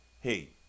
hey